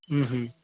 হু হু